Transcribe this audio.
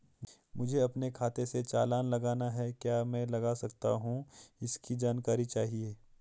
मुझे अपने खाते से चालान लगाना है क्या मैं लगा सकता हूँ इसकी जानकारी चाहिए?